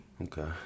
Okay